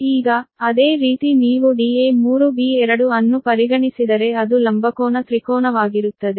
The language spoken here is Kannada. ಈಗ ಅದೇ ರೀತಿ ನೀವು da3b2 ಅನ್ನು ಪರಿಗಣಿಸಿದರೆ ಅದು ಲಂಬಕೋನ ತ್ರಿಕೋನವಾಗಿರುತ್ತದೆ